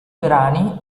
brani